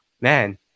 man